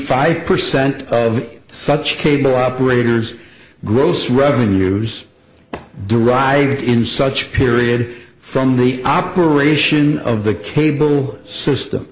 five percent of such cable operators gross revenues derived in such period from the operation of the cable system